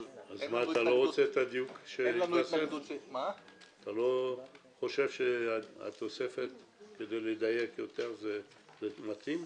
אבל אין לנו התנגדות --- אתה לא חושב שכדי לדייק יותר התוספת מתאימה?